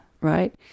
right